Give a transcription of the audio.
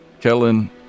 Kellen